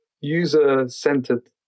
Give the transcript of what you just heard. user-centered